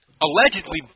allegedly